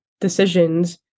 decisions